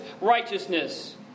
righteousness